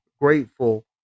grateful